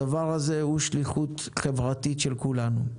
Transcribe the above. הדבר הזה הוא שליחות חברתית של כולנו.